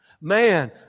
man